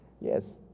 Yes